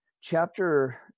chapter